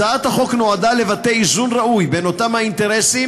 הצעת החוק נועדה לבטא איזון ראוי בין אותם האינטרסים,